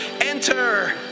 Enter